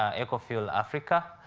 ah eco-fuel africa,